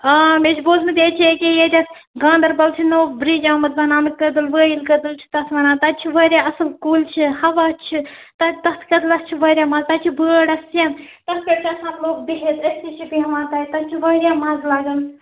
آ مےٚ چھُ بوٗزمُت ییٚتہِ چھِ ییٚتٮ۪تھ گانٛدربل چھُ نوٚو برِِٛج آمُت بَناونہٕ کٔدٕل وُیٚن کٔدٕل چھِ تَتھ ونان تَتھ چھِ وارِیاہ اصٕل کُلۍ چھِ ہَوا چھِ تَتہِ تَتھ کٔدٕلس چھِ وارِیاہ مَزٕ تَتہِ چھِ بٲڈ اَکھ سٮ۪نٛد تَتھ پٮ۪ٹھ چھِ آسان لوٗکھ بِہتھ أسۍ تہِ چھِ بیٚہوان تَتہِ تَتہِ چھُ وارِیاہ مَزٕ لَگان